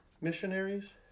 missionaries